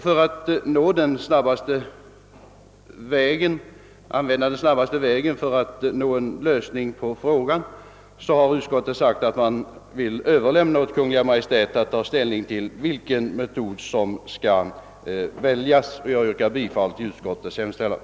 För att på snabbast möjliga sätt nå en lösning av frågan har utskottet sagt att man vill överlämna den till Kungl. Maj:t för ställningstagande till vilken metod som skall väljas. Jag yrkar bifall till utskottets hemställan.